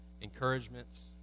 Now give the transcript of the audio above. encouragements